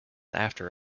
after